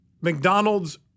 McDonald's